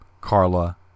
Carla